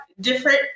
different